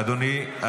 אדוני,